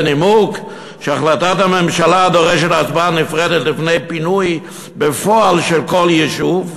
בנימוק שהחלטת הממשלה דורשת הצבעה נפרדת לפני פינוי בפועל של כל יישוב,